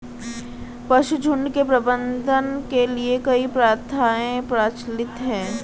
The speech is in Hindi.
पशुझुण्ड के प्रबंधन के लिए कई प्रथाएं प्रचलित हैं